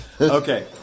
Okay